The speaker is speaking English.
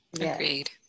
Agreed